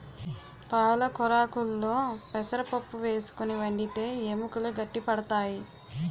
పాలకొరాకుల్లో పెసరపప్పు వేసుకుని వండితే ఎముకలు గట్టి పడతాయి